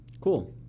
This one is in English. Cool